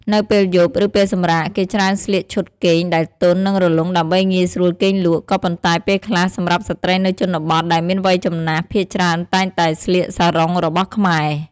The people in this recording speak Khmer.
នៅពេលយប់ ឬពេលសម្រាក គេច្រើនស្លៀកឈុតគេងដែលទន់ និងរលុងដើម្បីងាយស្រួលគេងលក់ ក៏ប៉ុន្តែពេលខ្លះសម្រាប់ស្ត្រីនៅជនបទដែលមានវ័យចំណាស់ភាគច្រើនតែងតែស្លៀកសារ៉ុងរបស់ខ្មែរ។